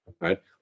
Right